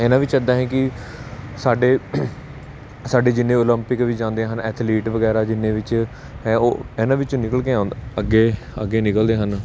ਇਹਨਾਂ ਵਿੱਚ ਇੱਦਾਂ ਹੈ ਕਿ ਸਾਡੇ ਸਾਡੇ ਜਿੰਨੇ ਓਲੰਪਿਕ ਵੀ ਆਉਂਦੇ ਹਨ ਐਥਲੀਟ ਵਗੈਰਾ ਜਿੰਨੇ ਵਿੱਚ ਹੈ ਉਹ ਇਹਨਾਂ ਵਿੱਚੋਂ ਨਿਕਲ ਕੇ ਆਉਂਦਾ ਅੱਗੇ ਅੱਗੇ ਨਿਕਲਦੇ ਹਨ